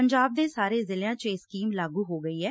ਪੰਜਾਬ ਦੇ ਸਾਰੇ ਜ਼ਿਲ੍ਹਿਆਂ ਚ ਇਹ ਸਕੀਮ ਲਾਗੁ ਹੋ ਗਈ ਐ